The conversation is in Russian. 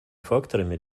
факторами